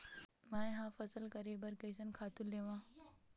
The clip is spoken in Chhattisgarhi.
मैं ह फसल करे बर कइसन खातु लेवां?